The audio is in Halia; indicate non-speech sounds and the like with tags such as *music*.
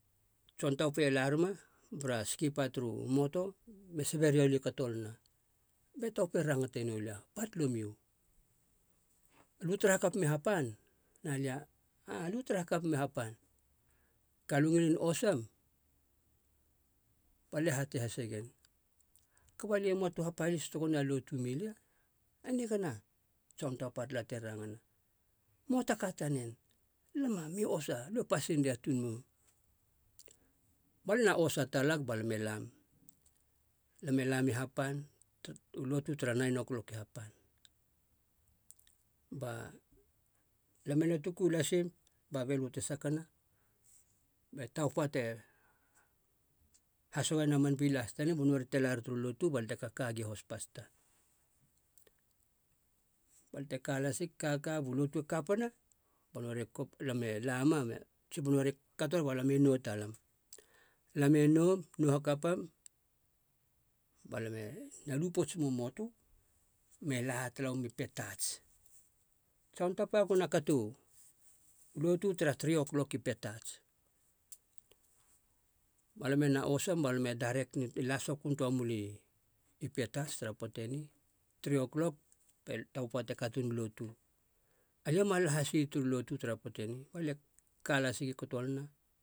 E john taufa e la ruma bara skipa turu moto me sabe rialia i kotolana be taufa e rangate noulia, batholomiu, alo tara hakapema i hapan? Na lia, ah alia u tara hakapema i hapan, ka lo e ngilin osam? Balia e hatei hase gen kaba alia u moa tu hapalis tego na lotu me lia, e nigana, john taufa tala te rangana, moa ta ka tanen lama mi osa alo e pasendia tuun mou. Balia ena osa talag balam, lam e lam i hapan, *unintelligible* u lotu tara nain oklok i hapan, ba lam ena tuku lasim ba belo te sakana be taufa te hasogena a man bilas tanen ba nori te lar turu lotu balia te kaka gi i haus pasta. Balia te ka lasig ka kag bu lotu te kapana, *unintelligible* ba nori e kator balam e nou talam, lam e noum, nou hakapam balam ena lu poutsem u matu me la talauam i petats. john taufa ega na kato u lotu tara three oklok i petats, balam ena osam be *unintelligible* la sokun toa mula i petats tara poata eni, three oklok be taufa te katena u lotu. Alia u ma la has ii turu lotu tara poata eni, balia ka las gi kotolana,